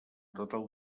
total